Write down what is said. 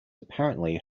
apparently